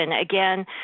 Again